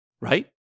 Right